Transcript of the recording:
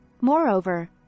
Moreover